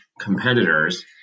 competitors